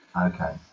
Okay